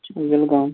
یہِ چھُ وِلگوم